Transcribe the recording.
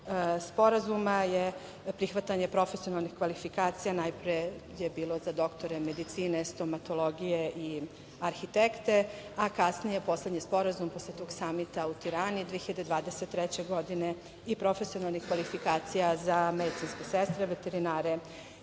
sporazuma, prihvatanje profesionalnih kfalivikacija najpre je bilo za doktore medicine, stomatologije i arhitekte, a kasnije i poslednji sporazum posle tog Samita u Tirani 2023. godina i profesionalnih kvalifikacija za medicinske sestre i veterinare,